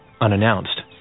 unannounced